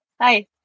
Hi